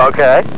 Okay